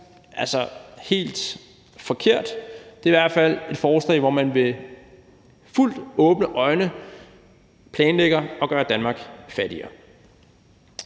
altså helt forkert. Det er i hvert fald et forslag, hvor man med fuldt åbne øjne planlægger at gøre Danmark fattigere.